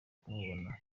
kumubona